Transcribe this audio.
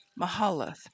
Mahalath